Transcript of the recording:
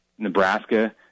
Nebraska